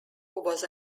was